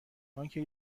آنکه